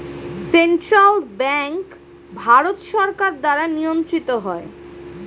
central bank Bharat সরকার দ্বারা নিয়ন্ত্রিত হয়